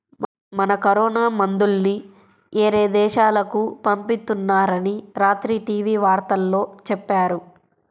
మన కరోనా మందుల్ని యేరే దేశాలకు పంపిత్తున్నారని రాత్రి టీవీ వార్తల్లో చెప్పారు